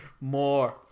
more